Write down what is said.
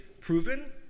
proven